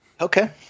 Okay